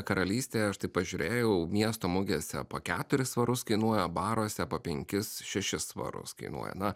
karalystėje štai pažiūrėjau miesto mugėse po keturi svarus kainuoja baruose po penkis šešis svarus kainuoja na